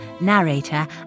narrator